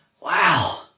wow